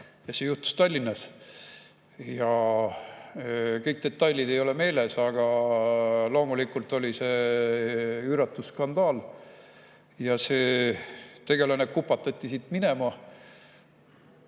See juhtus Tallinnas. Kõik detailid ei ole meeles, aga loomulikult oli see üüratu skandaal ja see tegelane kupatati siit minema.